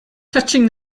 touching